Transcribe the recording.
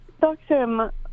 doctor